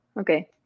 okay